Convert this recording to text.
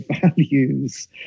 values